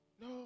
no